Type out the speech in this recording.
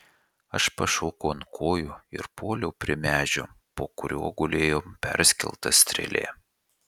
aš pašokau ant kojų ir puoliau prie medžio po kuriuo gulėjo perskelta strėlė